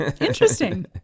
Interesting